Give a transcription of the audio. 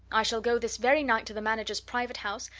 i shall go this very night to the manager's private house,